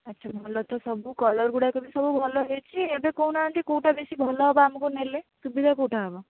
ଆଚ୍ଛା ଭଲ ତ ସବୁ କଲର ଗୁଡ଼ାକ ସବୁ ଭଲ ହେଇଛି ଏବେ କହୁନାହାନ୍ତି କେଉଁଟା ବେଶୀ ଭଲ ହେବ ଆମକୁ ନେଲେ ସୁବିଧା କେଉଁଟା ହେବ